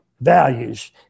values